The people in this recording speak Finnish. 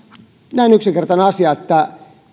näin yksinkertainen asia että